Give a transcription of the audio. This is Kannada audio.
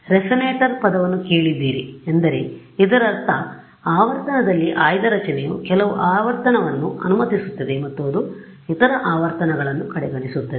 ಆದ್ದರಿಂದ ರೆಸೊನೇಟರ್ ಪದವನ್ನು ಕೇಳಿದ್ದೀರಿ ಎಂದರೆ ಇದರರ್ಥ ಆವರ್ತನದಲ್ಲಿ ಆಯ್ದ ರಚನೆಯು ಕೆಲವು ಆವರ್ತನವನ್ನು ಅನುಮತಿಸುತ್ತದೆ ಮತ್ತು ಅದು ಇತರ ಆವರ್ತನಗಳನ್ನು ಕಡೆಗಣಿಸುತ್ತದೆ